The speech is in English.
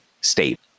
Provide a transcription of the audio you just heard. state